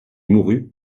mourut